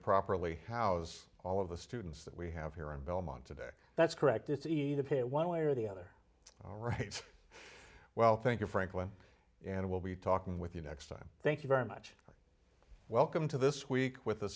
properly house all of the students that we have here in belmont today that's correct it's easy to pay one way or the other all right well thank you franklin and we'll be talking with you next time thank you very much welcome to this week with